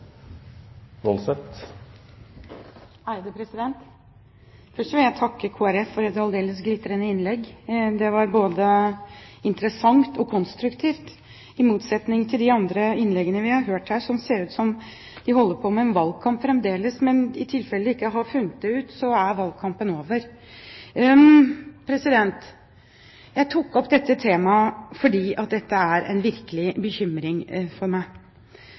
Først vil jeg takke representanten for Kristelig Folkeparti for et aldeles glitrende innlegg. Det var både interessant og konstruktivt, i motsetning til de andre innleggene vi har hørt her, der det høres ut som man holder på med en valgkamp fremdeles. Men i tilfelle de ikke har funnet det ut, så er valgkampen over. Jeg tok opp dette temaet fordi det er en virkelig bekymring for meg.